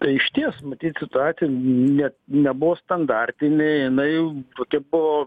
tai išties matyt situacija net nebuvo standartinė jinai pati po